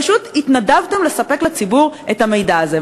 פשוט התנדבתם לספק לציבור את המידע הזה.